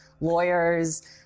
lawyers